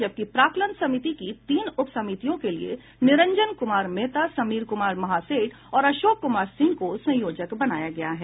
जबकि प्राक्कलन समिति की तीन उप समितियों के लिए निरंजन कुमार मेहता समीर कुमार महासेठ और अशोक कुमार सिंह को संयोजक बनाया गया है